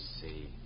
see